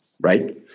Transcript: Right